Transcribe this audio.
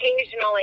occasionally